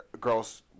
girls